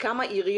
ולגבי כמה עיריות